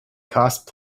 cost